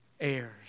heirs